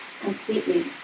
completely